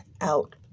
out